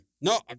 No